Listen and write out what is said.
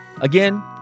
Again